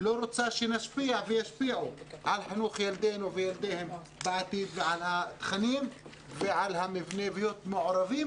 לא רוצה שישפיעו על חינוך ילדיהם בעתיד ועל התכנים ועל להיות מעורבים,